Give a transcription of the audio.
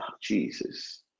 Jesus